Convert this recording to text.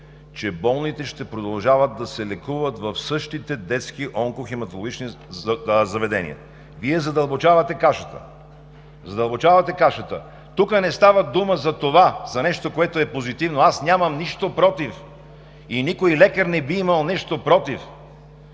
че болните ще продължават да се лекуват в същите детски онкохематологични заведения. Вие задълбочавате кашата. Задълбочавате кашата! Тук не става дума за това – за нещо, което е позитивно. Нямам нищо против, и никой лекар не би имал нещо против,